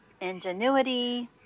ingenuity